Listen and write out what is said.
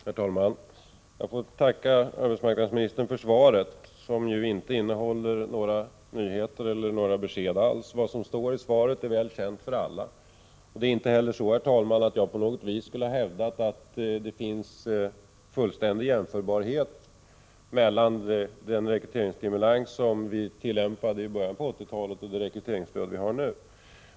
Herr talman! Jag får tacka arbetsmarknadsministern för svaret, som ju inte innehåller några nyheter eller några besked alls. Vad som står i svaret är väl känt för alla. Och det är inte heller så, herr talman, att jag på något vis skulle ha hävdat att det finns fullständig jämförbarhet mellan den rekryteringsstimulans som vi tillämpade i början av 1980-talet och det rekryteringsstöd vi har nu.